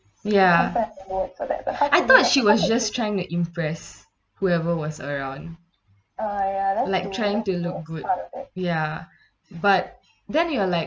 ya I thought she was just trying to impress whoever was around like trying to look good ya but then you're like